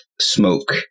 smoke